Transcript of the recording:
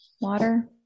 water